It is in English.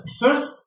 first